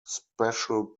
special